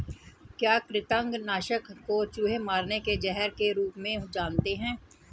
क्या कृतंक नाशक को चूहे मारने के जहर के रूप में जानते हैं?